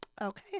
okay